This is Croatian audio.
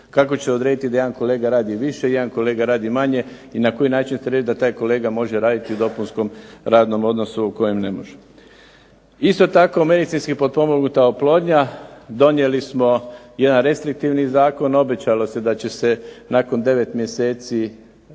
Kako ćete odrediti da jedan kolega radi više, jedan kolega radi manje i na koji način ćete reći da taj kolega može raditi u dopunskom radnom odnosu u kojem ne može? Isto tako medicinski potpomognuta oplodnja, donijeli smo jedan restriktivni zakon, obećalo se da će se nakon 9 mjeseci